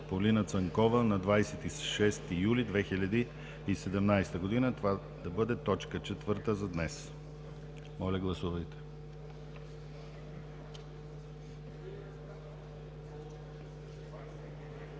Полина Цанкова на 26 юли 2017 г. – това да бъде точка четвърта за днес. Моля, гласувайте.